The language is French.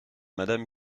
madame